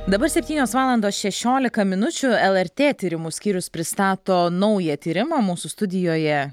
dabar septynios valandos šešiolika minučių lrt tyrimų skyrius pristato naują tyrimą mūsų studijoje